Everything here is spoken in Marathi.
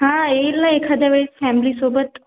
हा येईल ना एखाद्या वेळेस फॅमिलीसोबत